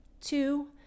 Two